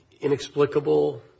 inexplicable